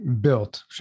built